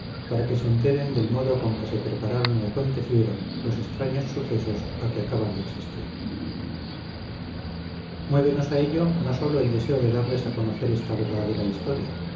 para que se enteren del modo con que se prepararon y acontecieron los extraños sucesos a que acaban de asistir muévenos a ello no sólo el deseo de darles a conocer esta verdadera historia